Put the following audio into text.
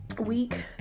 week